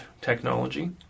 technology